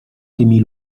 tymi